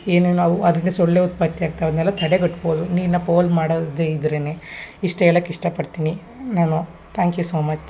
ಏನೇ ನಾವು ಅದರಿಂದ ಸೊಳ್ಳೆ ಉತ್ಪತ್ತಿ ಆಗ್ತಾವೆ ಅದನ್ನೆಲ್ಲ ತಡೆಗಟ್ಬೋದು ನೀರನ್ನ ಪೋಲು ಮಾಡದೇ ಇದ್ರೇ ಇಷ್ಟು ಹೇಳಕ್ ಇಷ್ಟಪಡ್ತೀನಿ ನಾನು ತ್ಯಾಂಕ್ ಯು ಸೊ ಮಚ್